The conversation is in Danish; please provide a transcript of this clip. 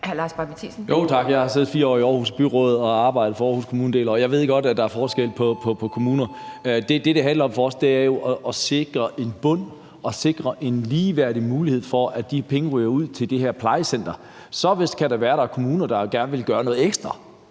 jeg har siddet 4 år i Aarhus Byråd og arbejdet for Aarhus Kommune i en del år. Jeg ved godt, at der er forskel på kommuner. Det, det handler om for os, er jo at sikre en bund og sikre en ligeværdig mulighed for, at de penge ryger ud til det her plejecenter. Så kan det være, at der er kommuner, der gerne vil gøre noget ekstra